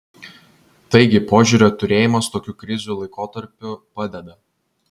taigi požiūrio turėjimas tokių krizių laikotarpiu padeda